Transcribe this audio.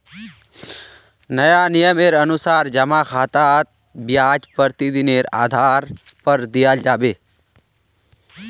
नया नियमेर अनुसार जमा खातात ब्याज प्रतिदिनेर आधार पर दियाल जाबे